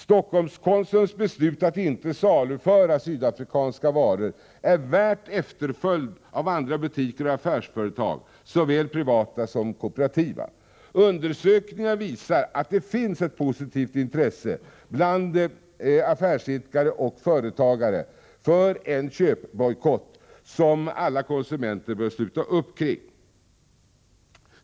Stockholmskonsums beslut att inte saluföra sydafrikanska varor är värt efterföljd av andra butiker och affärsföretag, såväl privata som kooperativa. Undersökningar visar att det finns ett positivt intresse bland affärsidkare och företagare för en köpbojkott, som alla konsumenter bör sluta upp kring.